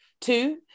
Two